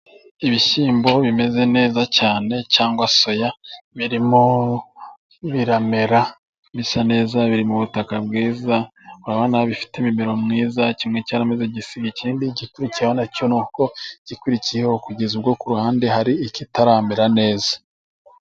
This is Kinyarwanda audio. Ibishyimbo bimeze neza cyane cyangwa soya, birimo biramera bisa neza, biri mu butaka bwiza. Urabona bifite umumero mwiza, kimwe gisiga ikindi igikurikiraho na cyo ni uko. Igikurikiyeho kugeza ubwo ku ruhande hari ikitaramera neza.